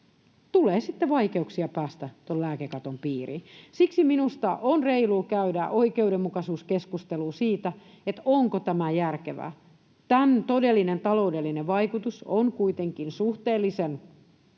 tulee sitten vaikeuk-sia päästä tuon lääkekaton piiriin. Siksi minusta on reilua käydä oikeudenmukaisuuskeskustelu siitä, onko tämä järkevää. Tämän todellinen taloudellinen vaikutus on kuitenkin suhteellisen